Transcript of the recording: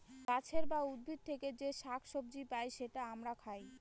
গাছের বা উদ্ভিদ থেকে যে শাক সবজি পাই সেটা আমরা খাই